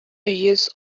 йөз